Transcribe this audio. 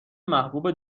محبوب